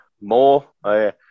More